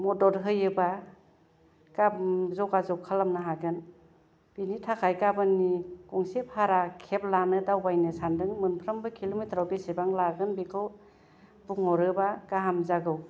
मदद होयोबा गाबोन जगा जग खालामनो हागोन बेनि थाखाय गाबोननि गंसे भारा केब लानो दावबायनो सानदों मोनफ्रोमबो किल'मिटार आव बेसेबां लागोन बेखौ बुंहरोबा गाहाम जागौ